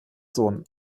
sohn